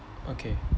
okay